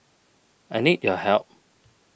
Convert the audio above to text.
I need your help